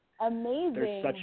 amazing